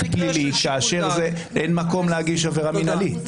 פלילי כאשר אין מקום להגיש עבירה מינהלית.